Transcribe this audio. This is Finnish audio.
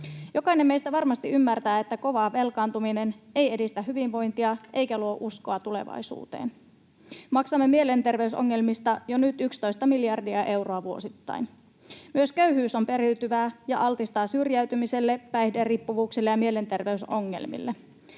Jokainen meistä varmasti ymmärtää, että kova velkaantuminen ei edistä hyvinvointia eikä luo uskoa tulevaisuuteen. Maksamme mielenterveysongelmista jo nyt 11 miljardia euroa vuosittain. Myös köyhyys on periytyvää ja altistaa syrjäytymiselle, päihderiippuvuuksille ja mielenterveysongelmille.